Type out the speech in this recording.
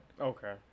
Okay